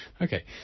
Okay